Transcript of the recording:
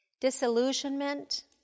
disillusionment